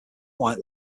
white